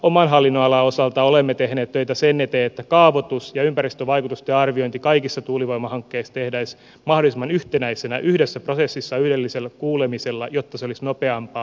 oman hallinnonalani osalta olemme tehneet töitä sen eteen että kaavoitus ja ympäristövaikutusten arviointi kaikissa tuulivoimahankkeissa tehtäisiin mahdollisimman yhtenäisenä yhdessä prosessissa yhdellä kuulemisella jotta se olisi nopeampaa